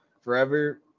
forever